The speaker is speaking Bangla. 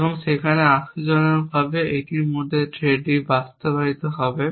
এবং সেখানে আশ্চর্যজনকভাবে এটির মধ্যে থ্রেডটি বাস্তবায়িত হবে